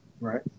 right